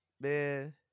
man